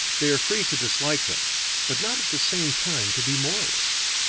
they are free to dislike them but not at the same time to be moralists.